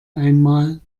einmal